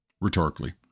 rhetorically